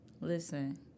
Listen